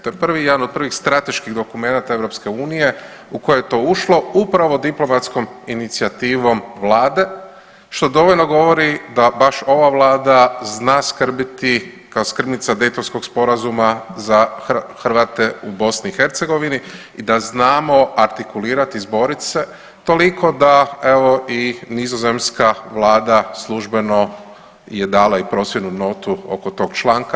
To je jedan od prvih strateških dokumenata EU u koje je to ušlo upravo diplomatskom inicijativom Vlade što dovoljno govori da baš ova Vlada zna skrbiti kao skrbnica Daytonskog sporazuma za Hrvate u Bosni i Hercegovini i da znamo artikulirati, izborit se toliko da evo i nizozemska Vlada službeno je dala i prosvjednu notu oko tog članka.